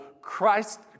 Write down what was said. christ